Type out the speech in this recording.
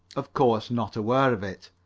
of course, not aware of it.